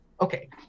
okay